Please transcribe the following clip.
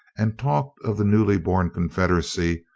and talked of the newly-born confederacy,